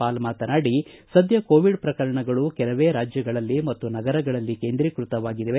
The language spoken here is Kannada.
ಪಾಲ್ ಮಾತನಾಡಿ ಸದ್ಯ ಕೋವಿಡ್ ಪ್ರಕರಣಗಳು ಕೆಲವೇ ರಾಜ್ಗಗಳಲ್ಲಿ ಮತ್ತು ನಗರಗಳಲ್ಲಿ ಕೇಂದ್ರೀಕೃತವಾಗಿವೆ